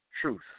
truth